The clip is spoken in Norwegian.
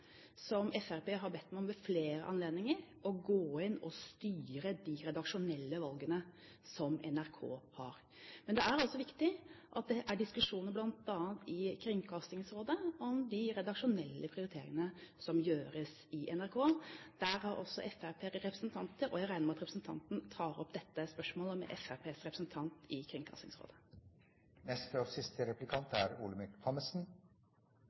som Fremskrittspartiet har bedt meg om ved flere anledninger, å gå inn og styre de redaksjonelle valgene som NRK tar. Men det er viktig at det er diskusjoner i bl.a. Kringkastingsrådet om de redaksjonelle prioriteringene som gjøres i NRK. Der er Fremskrittspartiet også representert, og jeg regner med at representanten tar opp dette spørsmålet med Fremskrittspartiets representant i